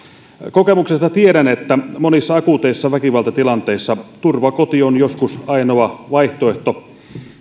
kokemuksesta tiedän että monissa akuuteissa väkivaltatilanteissa turvakoti on joskus ainoa vaihtoehto